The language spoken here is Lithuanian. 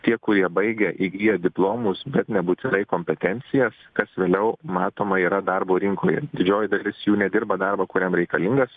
tie kurie baigia įgyja diplomus bet nebūtinai kompetencijas kas vėliau matoma yra darbo rinkoje didžioji dalis jų nedirba darbo kuriam reikalingas